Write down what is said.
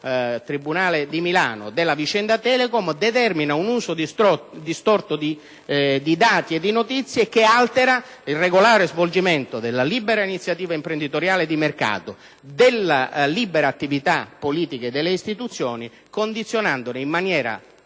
tribunale di Milano) un uso distorto di tali dati e notizie, che altera il regolare svolgimento della libera iniziativa imprenditoriale e di mercato, della libera attività politica e delle istituzioni, condizionandone in maniera